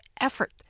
effort